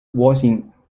voicing